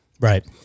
Right